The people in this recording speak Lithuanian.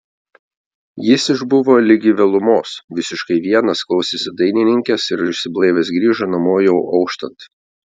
jis išbuvo ligi vėlumos visiškai vienas klausėsi dainininkės ir išsiblaivęs grįžo namo jau auštant